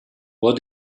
what